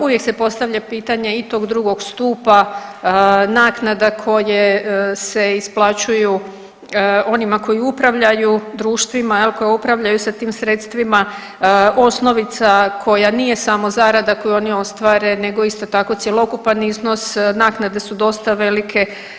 Uvijek se postavlja pitanje i tog drugog stupa, naknade koje se isplaćuju onima koji upravljaju društvima, koja upravljaju sa tim sredstvima, osnovica koja nije samo zarada koju oni ostvare, nego isto tako cjelokupan iznos naknade su dosta velike.